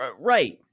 right